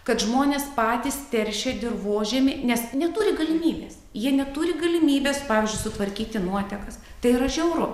kad žmonės patys teršia dirvožemį nes neturi galimybės jie neturi galimybės pavyzdžiui sutvarkyti nuotekas tai yra žiauru